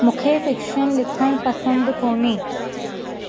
मूंखे फ्रिक्शन लिखणु पसंदि कोन्हे